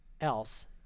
else